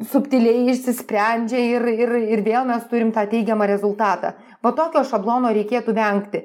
subtiliai išsisprendžia ir ir ir vėl mes turim tą teigiamą rezultatą va tokio šablono reikėtų vengti